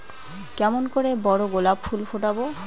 কেমন করে বড় গোলাপ ফুল ফোটাব?